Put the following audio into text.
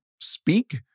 speak